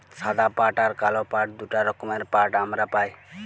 সাদা পাট আর কাল পাট দুটা রকমের পাট হামরা পাই